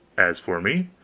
as for me,